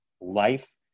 life